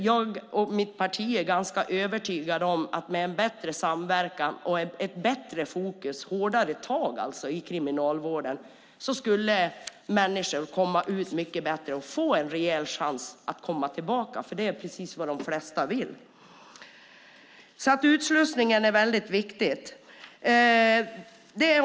Jag och mitt parti är ganska övertygade om att med en bättre samverkan och ett bättre fokus - alltså hårdare tag - i kriminalvården skulle människor komma ut mycket bättre och få en rejäl chans att komma tillbaka. Det är precis vad de flesta vill. Utslussningen är viktig.